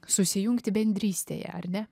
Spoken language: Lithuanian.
susijungti bendrystėje ar ne